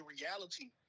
reality